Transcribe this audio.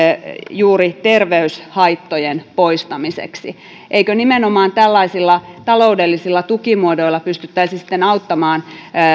juuri terveyshaittojen poistamiseksi eikö nimenomaan tällaisilla taloudellisilla tukimuodoilla pystyttäisi sitten auttamaan